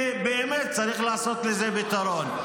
וצריך לעשות לזה פתרון.